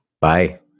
Bye